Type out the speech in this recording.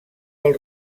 del